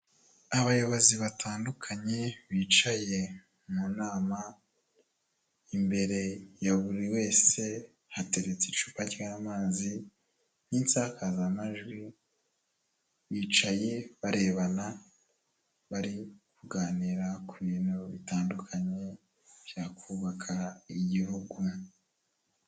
Abayobozi batandukanye, bicaye mu nama, imbere ya buri wese hateretse icupa ry'amazi n'insakazamajwi, bicaye barebana, bari kuganira ku bintu bitandukanye byakubaka igihugu.